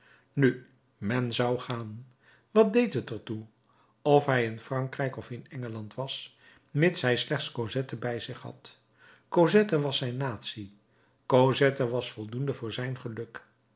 nu men zou gaan wat deed het er toe of hij in frankrijk of in engeland was mits hij slechts cosette bij zich had cosette was zijn natie cosette was voldoende voor zijn geluk